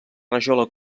rajola